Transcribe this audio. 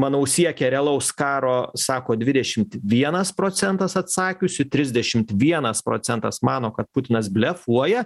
manau siekia realaus karo sako dvidešimt vienas procentas atsakiusių trisdešimt vienas procentas mano kad putinas blefuoja